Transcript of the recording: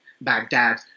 Baghdad